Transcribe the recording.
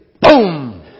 Boom